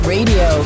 Radio